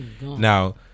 Now